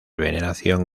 veneración